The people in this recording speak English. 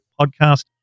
podcast